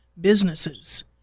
businesses